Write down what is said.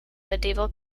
medieval